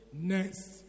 next